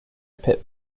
pit